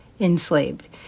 Enslaved